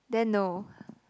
then no